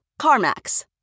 CarMax